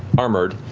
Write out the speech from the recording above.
armored,